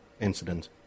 incident